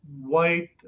white